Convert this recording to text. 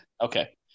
Okay